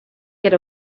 get